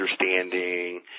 understanding